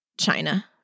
China